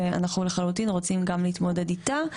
ואנחנו לחלוטין רוצים גם להתמודד איתה.